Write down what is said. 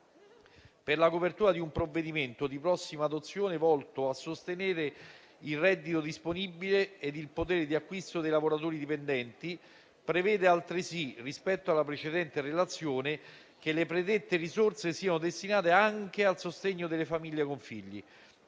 per la copertura di un provvedimento di prossima adozione volto a sostenere il reddito disponibile e il potere di acquisto dei lavoratori dipendenti, prevede altresì, rispetto alla precedente Relazione, che le predette risorse siano destinate anche al sostegno delle famiglie con figli.